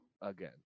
Again